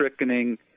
strickening